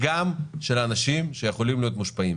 ולא כולם כאלה,